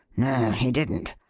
no he didn't.